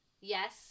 yes